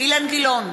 אילן גילאון,